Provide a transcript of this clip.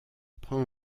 prend